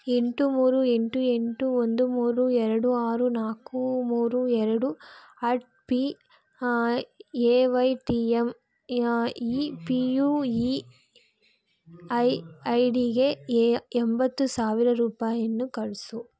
ಎಂಟು ಮೂರು ಎಂಟು ಎಂಟು ಒಂದು ಮೂರು ಎರಡು ಆರು ನಾಲ್ಕು ಮೂರು ಎರಡು at P A Y T M E P U E I I ಡಿಗೆ ಎಂಬತ್ತು ಸಾವಿರ ರೂಪಾಯಿಯನ್ನು ಕಳಿಸು